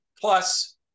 plus